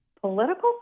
political